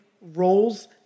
roles